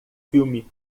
filme